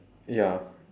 ya